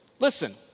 Listen